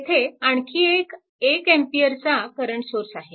येथे आणखी एक 1A चा करंट सोर्स आहे